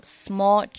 small